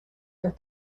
are